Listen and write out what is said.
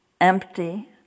empty